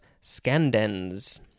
scandens